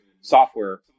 software